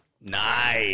Nice